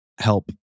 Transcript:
Help